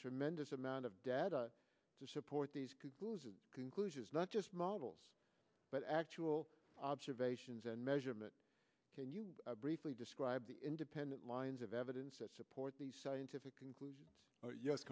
tremendous amount of data to support these conclusions not just models but actual observations and measurement can you briefly describe the independent lines of evidence that support these scientific conclusions